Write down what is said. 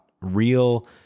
real